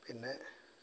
പിന്നെ